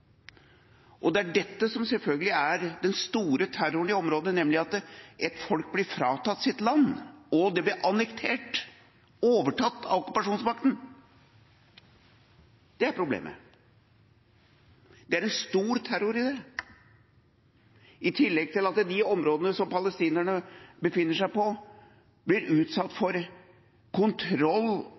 Det er dette som selvfølgelig er den store terroren i området, nemlig at et folk blir fratatt sitt land. Det er blitt annektert, overtatt, av okkupasjonsmakten. Det er problemet. Det er en stor terror i det, i tillegg til at de områdene som palestinerne befinner seg på, blir utsatt for kontroll